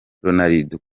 ronaldo